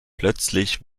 plötzlich